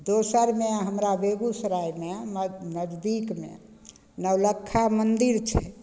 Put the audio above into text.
दोसरमे हमरा बेगूसरायमे हमरा नजदीकमे नौलक्खा मन्दिर छै